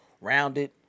rounded